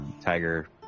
tiger